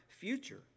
future